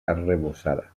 arrebossada